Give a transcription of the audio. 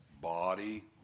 body